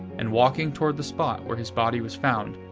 and walking toward the spot where his body was found,